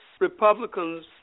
Republicans